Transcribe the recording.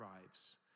arrives